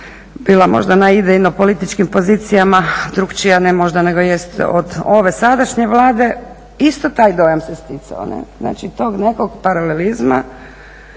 bila možda na idejno političkim pozicijama drukčija. Ne možda, nego jest od ove sadašnje Vlade. Isto taj dojam se sticao, ne. Znači tog nekog paralelizma